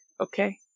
Okay